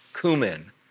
Cumin